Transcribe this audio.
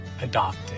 adopted